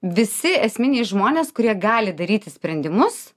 visi esminiai žmonės kurie gali daryti sprendimus